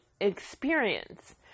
experience